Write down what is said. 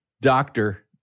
Doctor